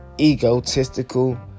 egotistical